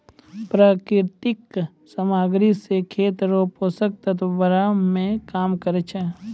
प्राकृतिक समाग्री से खेत रो पोसक तत्व बड़ाय मे काम करै छै